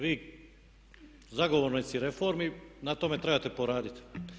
Vi zagovornici reformi na tome trebate poraditi.